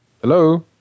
Hello